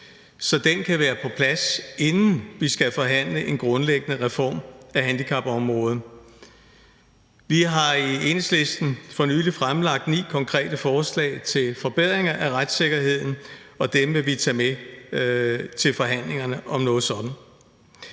så den kan være på plads, inden vi skal forhandle en grundlæggende reform af handicapområdet. Vi har i Enhedslisten for nylig fremlagt ni konkrete forslag til forbedringer af retssikkerheden, og dem vil vi tage med til forhandlingerne om noget sådant.